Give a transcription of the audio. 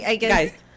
guys